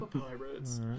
pirates